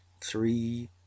three